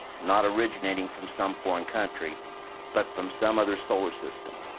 not originating from some foreign country but from some other solar system,